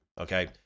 Okay